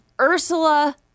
Ursula